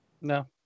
No